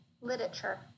literature